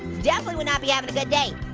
definitely would not be having a good day.